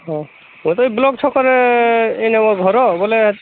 ହଉ ଗୋଟେ ବ୍ଲକ ଛକରେ ଏଇନେ ମୋ ଘର ବୋଲେ